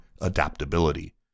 adaptability